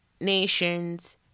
nations